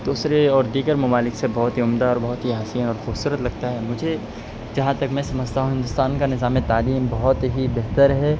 دوسرے اور دیگر ممالک سے بہت ہی عمدہ اور بہت ہی حسین اور خوبصورت لگتا ہے مجھے جہاں تک میں سمجھتا ہوں ہندوستان کا نظام تعلیم بہت ہی بہتر ہے